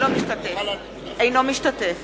אינו משתתף